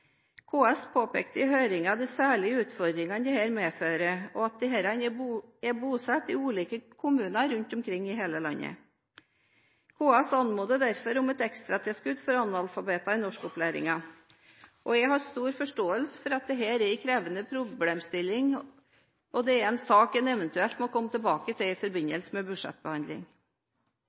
KS påpekte i høringen de særlige utfordringene dette medfører, og at disse er bosatt i ulike kommuner over hele landet. KS anmoder derfor om et ekstratilskudd for analfabeter i norskopplæringen. Jeg har stor forståelse for at det er en krevende problemstilling, og det er en sak man eventuelt må komme tilbake til i forbindelse med budsjettbehandling.